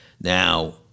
Now